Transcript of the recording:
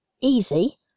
easy